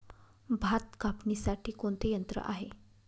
भात कापणीसाठी कोणते यंत्र आहे?